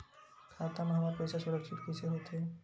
खाता मा हमर पईसा सुरक्षित कइसे हो थे?